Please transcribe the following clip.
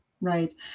right